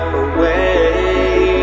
away